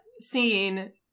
scene